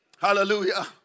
Hallelujah